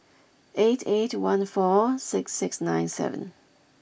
eight eight one four six six nine seven